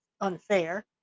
unfair